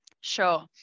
Sure